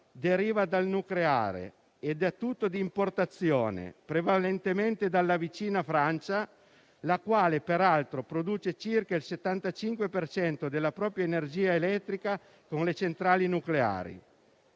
deriva dal nucleare ed è tutta di importazione, prevalentemente dalla vicina Francia, la quale peraltro produce circa il 75 per cento della propria energia elettrica con le centrali nucleari.